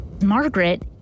Margaret